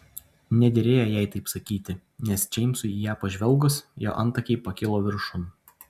nederėjo jai taip sakyti nes džeimsui į ją pažvelgus jo antakiai pakilo viršun